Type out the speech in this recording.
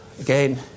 again